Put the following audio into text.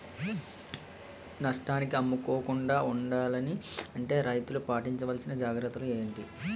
నష్టానికి అమ్ముకోకుండా ఉండాలి అంటే రైతులు పాటించవలిసిన జాగ్రత్తలు ఏంటి